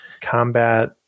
Combat